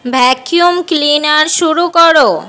vacuum cleaner শুরু করো